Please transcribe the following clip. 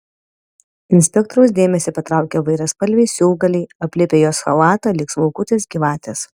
inspektoriaus dėmesį patraukia įvairiaspalviai siūlgaliai aplipę jos chalatą lyg smulkutės gyvatės